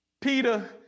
Peter